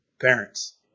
parents